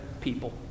people